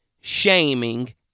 shaming